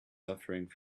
suffering